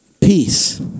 peace